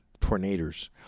tornadoes